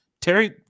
Terry